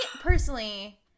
personally